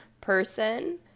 person